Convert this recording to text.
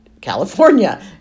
California